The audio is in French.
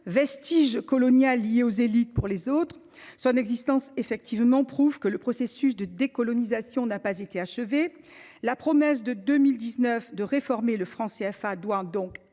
vestige colonial lié aux élites pour les autres. Son existence même prouve que le processus de décolonisation n’a pas été achevé. La promesse de 2019 de réformer le franc CFA doit